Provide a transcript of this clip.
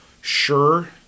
sure